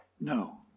no